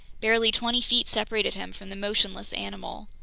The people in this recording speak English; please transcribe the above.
barely twenty feet separated him from the motionless animal.